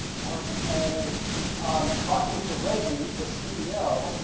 mark, and um talking to reggie, the ceo.